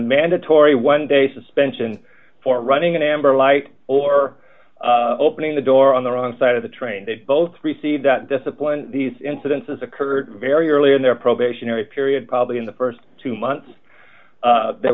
mandatory one day suspension for running an amber light or opening the door on the wrong side of the train they both received that discipline these incidences occurred very early in their probationary period probably in the st two months there